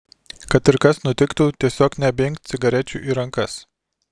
kad ir kas nutiktų tiesiog nebeimk cigarečių į rankas